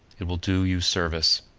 it will do you service.